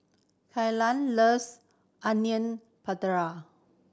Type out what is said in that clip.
Kelan loves Onion Pakora